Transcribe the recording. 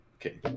Okay